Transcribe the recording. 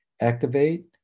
activate